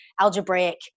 algebraic